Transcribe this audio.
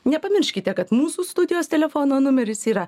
nepamirškite kad mūsų studijos telefono numeris yra